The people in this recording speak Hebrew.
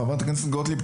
חברת הכנסת גוטליב,